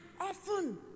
often